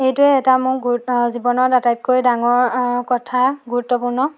এইটোৱে এটা মোৰ গুৰুত্ব জীৱনত আটাইতকৈ ডাঙৰ কথা গুৰুত্বপূৰ্ণ